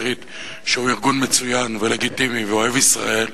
שהוא ארגון מצוין ולגיטימי ואוהב ישראל,